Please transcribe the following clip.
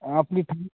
आपली